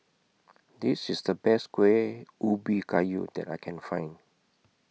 This IS The Best Kuih Ubi Kayu that I Can Find